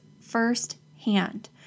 firsthand